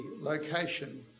location